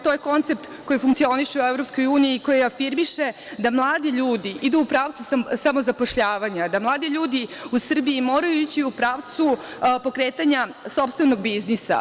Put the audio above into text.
To je koncept koji funkcioniše u EU i koji afirmiše da mladi ljudi idu u pravcu samozapošljavanja, da mladi ljudi u Srbiji moraju ići u pravcu pokretanja sopstvenog biznisa.